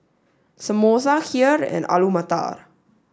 Samosa Kheer and Alu Matar